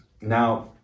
Now